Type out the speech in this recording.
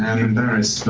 and embarrassed